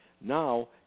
Now